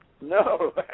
No